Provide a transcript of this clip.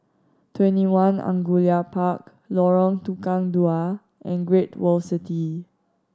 TwentyOne Angullia Park Lorong Tukang Dua and Great World City